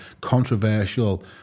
controversial